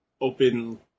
open